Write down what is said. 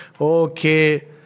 Okay